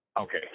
Okay